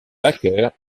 barker